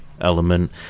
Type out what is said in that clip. element